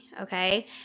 okay